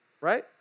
right